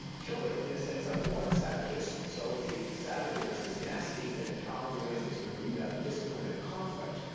children, in a sense, are born savages. so if the savage in us is nasty, then child rearing is an arena of discipline and conflict,